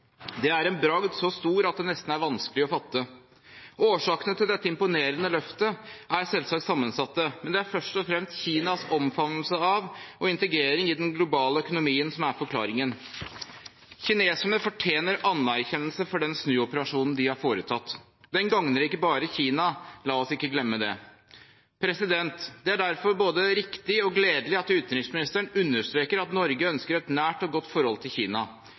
Det er en bragd så stor at det nesten er vanskelig å fatte. Årsakene til dette imponerende løftet er selvsagt sammensatte, men det er først og fremst Kinas omfavnelse av og integrering i den globale økonomien som er forklaringen. Kineserne fortjener anerkjennelse for den snuoperasjonen de har foretatt. Den gagner ikke bare Kina, la oss ikke glemme det. Det er derfor både riktig og gledelig at utenriksministeren understreker at Norge ønsker et nært og godt forhold til Kina.